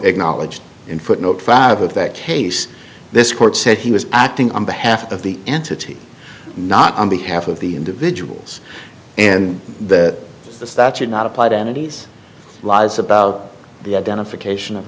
acknowledged in footnote five of that case this court said he was acting on behalf of the entity not on behalf of the individuals and that is that should not apply to entities lies about the identification of